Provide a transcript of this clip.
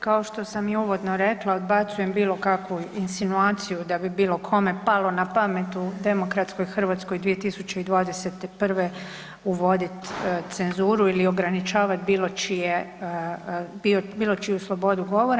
Kao što sam i uvodno rekla, odbacujem bilo kakvu insinuaciju da bi bilo kome palo na pamet u demokratskoj Hrvatskoj 2021. uvodit cenzuru ili ograničavat bilo čije, bilo čiju slobodu govora.